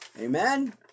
amen